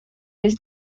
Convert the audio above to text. his